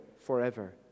forever